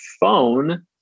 phone